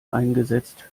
eingesetzt